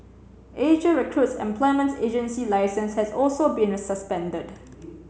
Asia Recruit's employment agency licence has also been suspended